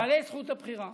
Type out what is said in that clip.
בעלי זכות הבחירה.